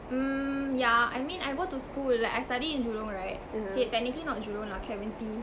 um yeah I mean I go to school like I study in jurong right okay technically not jurong lah clementi